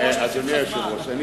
אדוני היושב-ראש, אני